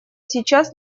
сейчас